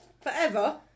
Forever